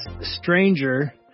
stranger